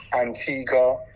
Antigua